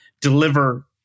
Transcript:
deliver